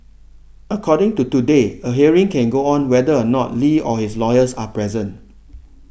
according to Today a hearing can go on whether or not Li or his lawyers are present